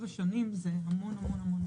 7 שנים זה המון זמן.